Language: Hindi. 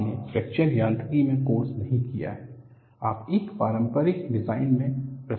आपने फ्रैक्चर यांत्रिकी में कोर्स नहीं किया है आप एक पारंपरिक डिजाइन में प्रशिक्षित हैं